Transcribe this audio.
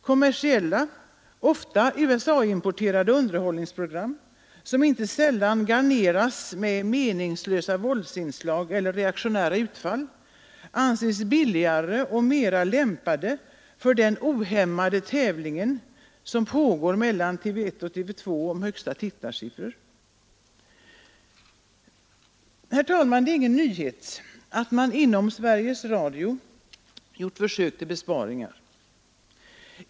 Kommersiella, ofta USA-inspirerade underhållningsprogram, som inte sällan garneras med meningslösa våldsinslag eller reaktionära utfall, anses billigare och mera lämpade för den ohämmade tävling som pågår mellan TV 1 och TV 2 om högsta tittarsiffran. Herr talman! Det är ingen nyhet att man inom Sveriges Radio gjort försök till besparingar.